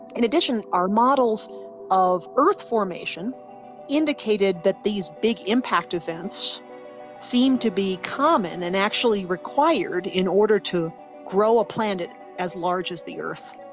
in addition, our models of earth formation indicated that these big impact events seem to be common and actually required in order to grow a planet as large as the earth.